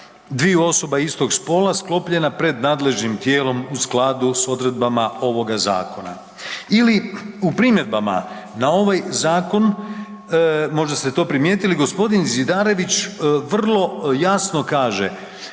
dviju osoba istog spola sklopljena pred nadležnim tijelom u skladu s odredbama ovoga zakona. Ili u primjedbama na ovaj zakon, možda ste to primijetili g. Zidarević vrlo jasno kaže